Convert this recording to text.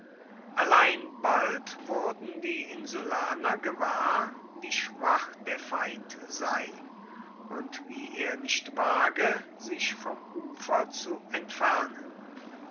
allein bald wurden die insulaner gewahr wie schwach der feind sei und wie er nicht wage sich vom ufer zu entfernen